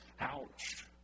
Ouch